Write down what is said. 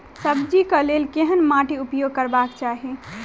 सब्जी कऽ लेल केहन माटि उपयोग करबाक चाहि?